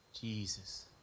Jesus